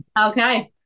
Okay